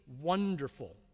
wonderful